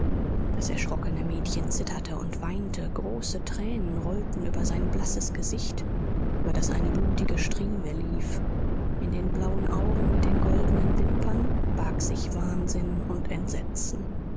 das erschrockene mädchen zitterte und weinte große tränen rollten über sein blasses gesicht über das eine blutige strieme lief in den blauen augen mit den goldenen wimpern barg sich wahnsinn und entsetzen